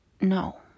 no